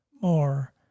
more